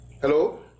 Hello